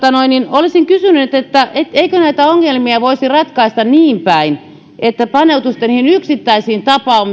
olisin kysynyt eikö näitä ongelmia voisi ratkaista niin päin että paneutuisitte niihin yksittäisiin